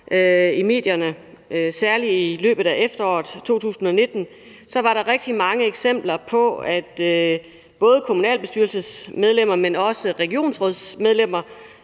i medierne. Særligt i løbet af efteråret 2019 var der rigtig mange eksempler på, at både kommunalbestyrelsesmedlemmer, men også regionsrådsmedlemmer